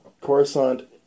Coruscant